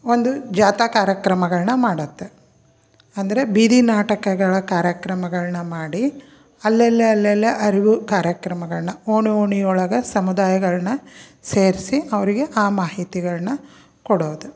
ಒಂದು ಜಾತಾ ಕಾರ್ಯಕ್ರಮಗಳನ್ನ ಮಾಡುತ್ತೆ ಅಂದರೆ ಬೀದಿ ನಾಟಕಗಳ ಕಾರ್ಯಕ್ರಮಗಳನ್ನ ಮಾಡಿ ಅಲ್ಲಲ್ಲೇ ಅಲ್ಲಲ್ಲೇ ಅರಿವು ಕಾರ್ಯಕ್ರಮಗಳನ್ನ ಓಣಿ ಓಣಿಯೊಳಗೆ ಸಮುದಾಯಗಳನ್ನ ಸೇರಿಸಿ ಅವರಿಗೆ ಆ ಮಾಹಿತಿಗಳನ್ನ ಕೊಡೋದು